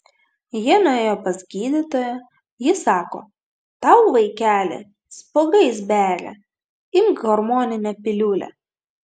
jie nuėjo pas gydytoją ji sako tau vaikeli spuogais beria imk hormoninę piliulę